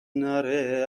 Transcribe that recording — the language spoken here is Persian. نره